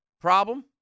problem